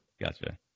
Gotcha